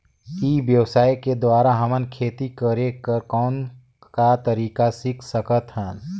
ई व्यवसाय के द्वारा हमन खेती करे कर कौन का तरीका सीख सकत हन?